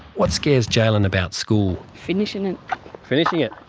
what scares jaylin about school? finishing and finishing it.